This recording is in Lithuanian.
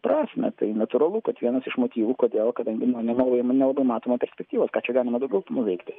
prasmę tai natūralu kad vienas iš motyvų kodėl kadangi na nela nelabai matoma prespektyva ką čia galima daugiau nuveikti